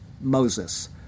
Moses